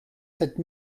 sept